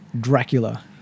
Dracula